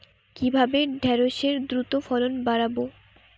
কিভাবে ঢেঁড়সের দ্রুত ফলন বাড়াব?